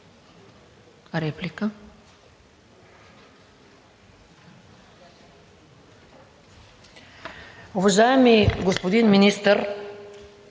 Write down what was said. реплика.